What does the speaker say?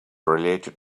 related